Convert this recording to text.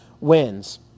wins